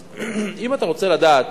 אז אם אתה רוצה לדעת